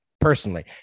Personally